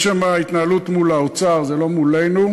יש שם התנהלות מול האוצר, זה לא מולנו.